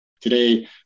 today